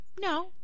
No